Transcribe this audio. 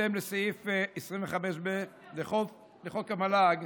בהתאם לסעיף 25ב לחוק המל"ג